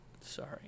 sorry